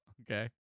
Okay